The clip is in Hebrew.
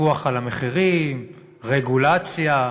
פיקוח על המחירים, רגולציה.